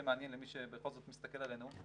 מעניין למי שבכל זאת מסתכל עלינו.